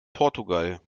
portugal